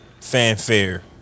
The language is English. fanfare